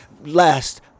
Last